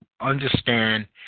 understand